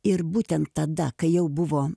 ir būtent tada kai jau buvo